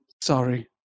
Sorry